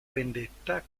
vendetta